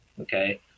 Okay